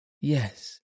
Yes